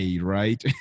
right